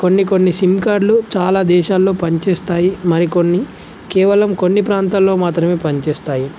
కొన్ని కొన్ని సిమ్ కార్డ్లు చాలా దేశాల్లో పనిచేస్తాయి మరికొన్ని కేవలం కొన్ని ప్రాంతాల్లో మాత్రమే పనిచేస్తాయి